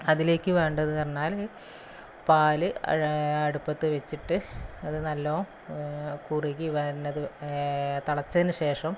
അതിലേക്ക് വേണ്ടത് പറഞ്ഞാല് പാല് അടുപ്പത്ത് വെച്ചിട്ട് അത് നല്ലവണ്ണം കുറുകി വരുന്നത് തിളച്ചതിനുശേഷം